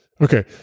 okay